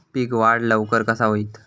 पीक वाढ लवकर कसा होईत?